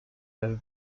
have